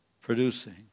Producing